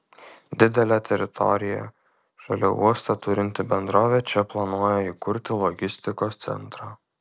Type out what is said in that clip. didelę teritoriją šalia uosto turinti bendrovė čia planuoja įkurti logistikos centrą